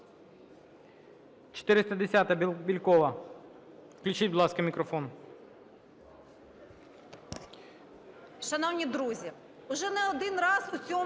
410-а, Бєлькова. Включіть, будь ласка, мікрофон.